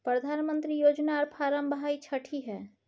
प्रधानमंत्री योजना आर फारम भाई छठी है?